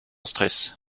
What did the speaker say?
stress